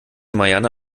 marianne